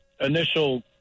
initial